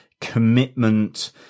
commitment